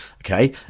okay